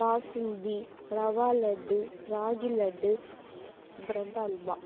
basundi rava laddu ragi laddu bread halwa